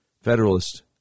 Federalist